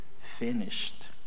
finished